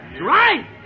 Right